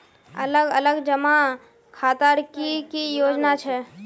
अलग अलग जमा खातार की की योजना छे?